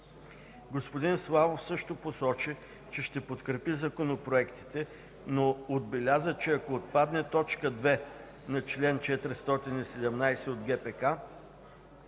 Господин Славов също посочи, че ще подкрепи законопроектите, но отбеляза, че ако отпадне т. 2 на чл. 417 от ГПК,